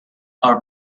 are